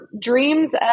dreams